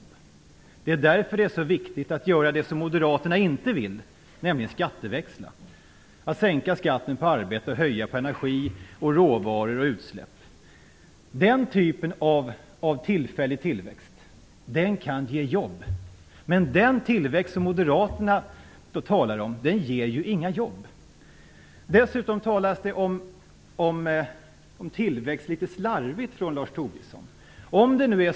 Det är därför som det är så viktigt att göra det som Moderaterna inte vill, nämligen skatteväxla - sänka skatten på arbete och höja skatten på energi, råvaror och utsläpp. Den typen av tillfällig tillväxt kan ge jobb. Men den tillväxt som Moderaterna talar om ger inga jobb. Dessutom talas det litet slarvigt om tillväxten från Lars Tobissons sida.